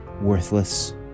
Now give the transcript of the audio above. worthless